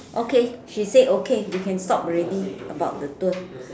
okay she said okay we can stop already about the tour